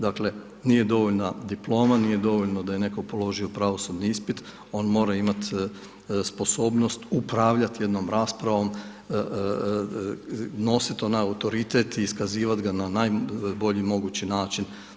Dakle, nije dovoljna diploma, nije dovoljno da je netko položio pravosudni ispit, on mora imati sposobnost upravljati jednom raspravom, nositi onaj autoritet i iskazivati ga na najbolji mogući način.